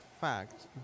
fact